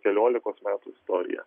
keliolikos metų istoriją